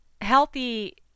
healthy